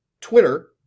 Twitter